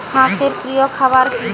হাঁস এর প্রিয় খাবার কি?